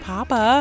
Papa